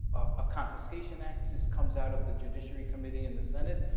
a confiscation act just comes out of the judiciary committee in the senate.